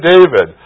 David